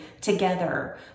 together